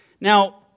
Now